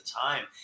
time